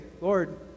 Lord